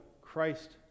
Christ